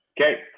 Okay